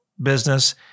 business